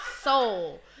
soul